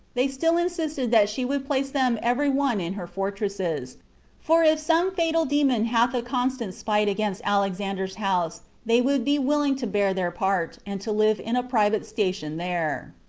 they still insisted that she would place them every one in her fortresses for if some fatal demon hath a constant spite against alexander's house, they would be willing to bear their part, and to live in a private station there.